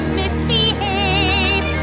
misbehave